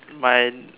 my